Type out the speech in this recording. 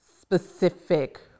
specific